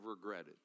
regretted